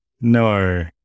No